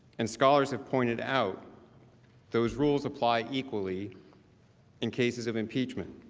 and scholars have pointed out those rules apply equally in cases of impeachment.